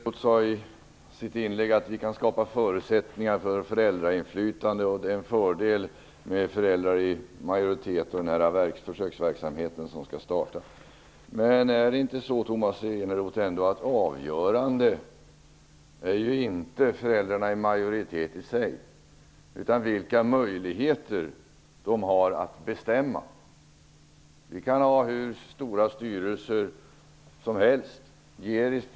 Fru talman! Tomas Eneroth sade i sitt inlägg att vi kan skapa förutsättningar för föräldrainflytande, och att det är en fördel med föräldrar i majoritet i den försöksverksamhet som skall starta. Men är det inte så, Tomas Eneroth, att det avgörande inte är föräldramajoritet i sig? Är inte det avgörande vilka möjligheter föräldrarna har att bestämma? Vi kan ha hur stora styrelser som helst.